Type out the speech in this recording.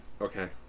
Okay